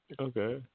Okay